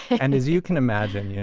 and as you can imagine, yeah